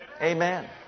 Amen